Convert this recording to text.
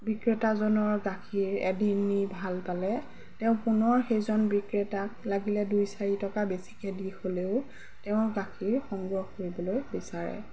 বিক্ৰেতাজনৰ গাখীৰ এদিন নি ভাল পালে তেওঁ পুনৰ সেইজন বিক্ৰেতাক লাগিলে দুই চাৰি টকা বেছিকে দি হ'লেও তেওঁৰ গাখীৰ সংগ্ৰহ কৰিবলৈ বিচাৰে